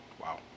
Wow